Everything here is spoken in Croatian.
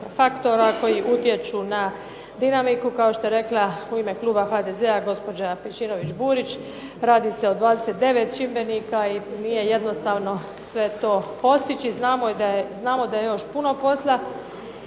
faktora koji utječu na dinamiku, kao što je rekla u ime kluba HDZ-a gospođa Pejčinović-Burić. Radi se o 29 čimbenika i nije jednostavno sve to postići. Znamo da je još puno posla.